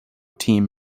team